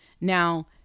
Now